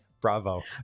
Bravo